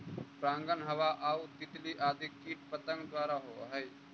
परागण हवा आउ तितली आदि कीट पतंग द्वारा होवऽ हइ